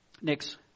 next